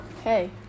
hey